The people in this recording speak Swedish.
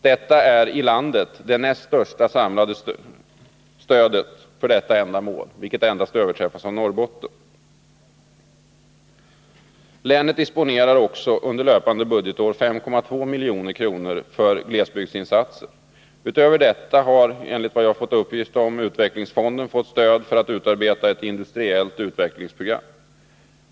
Detta är det i landet näst största samlade stödet för detta ändamål — det överträffas endast av stödet till Norrbotten. Länet disponerar också under löpande budgetår 5,2 milj.kr. för glesbygdsinsatser. Utöver detta har, enligt vad jag har fått uppgift om, utvecklingsfonden fått stöd för att utarbeta ett industriellt utvecklingsprogram.